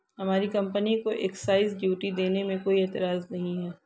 हमारी कंपनी को excise duty देने में कोई एतराज नहीं है